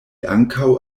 ankaŭ